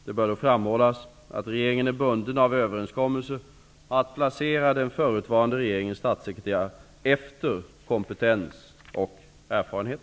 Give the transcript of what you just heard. Det bör då framhållas att regeringen är bunden av överenskommelser att placera den förutvarande regeringens statssekreterare efter kompetens och erfarenhet.